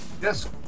Yes